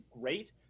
great